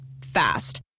Fast